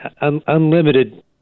unlimited